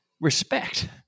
Respect